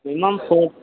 minimum four